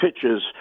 pitches